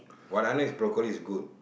but onion and broccoli is good